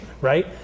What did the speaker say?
right